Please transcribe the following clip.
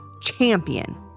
champion